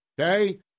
okay